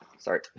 sorry